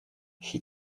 she